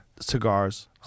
Cigars